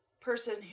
person